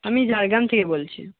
আমি ঝাড়গ্রাম থেকে বলছি